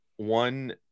One